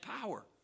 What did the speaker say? power